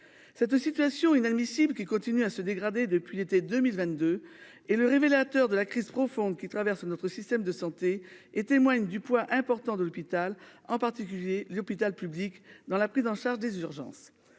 Cette situation inadmissible qui continue à se dégrader depuis l'été 2022 et le révélateur de la crise profonde qui traversent notre système de santé et témoigne du poids important de l'hôpital en particulier l'hôpital public dans la prise en charge des urgences